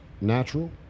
natural